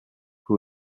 who